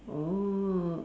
oh